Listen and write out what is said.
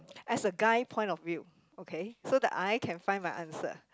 as a guy point of view okay so that I can find my answer